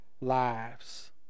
lives